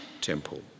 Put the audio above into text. temple